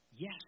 Yes